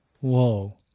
Whoa